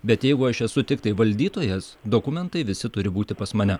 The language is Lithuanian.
bet jeigu aš esu tiktai valdytojas dokumentai visi turi būti pas mane